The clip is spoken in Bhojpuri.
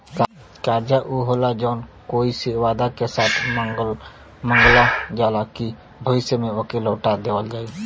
कर्जा ऊ होला जौन कोई से वादा के साथ मांगल जाला कि भविष्य में ओके लौटा देवल जाई